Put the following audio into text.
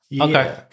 Okay